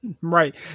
Right